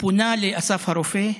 פונה לאסף הרופא,